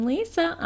Lisa